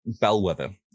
bellwether